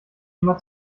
immer